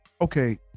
okay